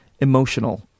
emotional